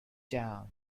down